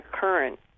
current